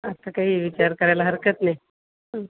आत्ता काही विचार करायला हरकत नाही हं